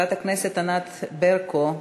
חברת הכנסת ענת ברקו,